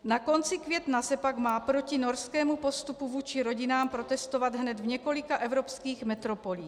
Na konci května se pak má proti norskému postupu vůči rodinám protestovat hned v několika evropských metropolích.